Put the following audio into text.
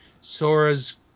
Sora's